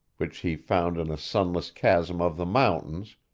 which he found in a sunless chasm of the mountains,